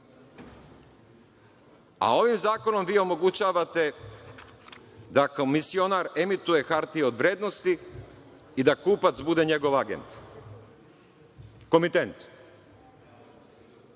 a ovim zakonom vi omogućavate da komisionar emituje hartije od vrednosti i da kupac bude njegov agent, komitent. Ovde